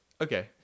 okay